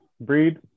breed